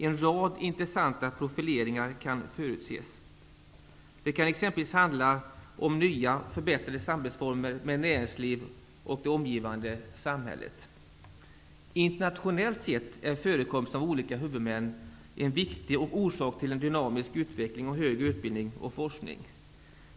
En rad intressanta profileringar kan förutses. Det kan exempelvis handla om nya och förbättrade former för samarbete med näringslivet och det omgivande samhället. Internationellt sett är förekomsten av olika huvudmän en viktig orsak till en dynamisk utveckling av högre utbildning och forskning.